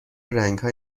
رنگهای